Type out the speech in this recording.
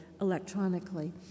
electronically